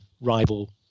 rival